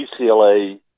UCLA